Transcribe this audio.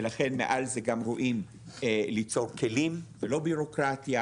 ולכן מעל זה גם רואים ליצור כלים ולא בירוקרטיה,